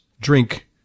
drink